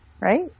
right